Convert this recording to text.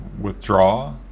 withdraw